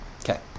Okay